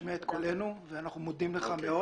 רשם פרלמנטרי בוקר טוב לך.